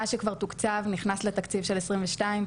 מה שכבר תוקצב נכנס לתקציב של 22,